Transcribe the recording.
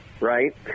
right